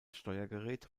steuergerät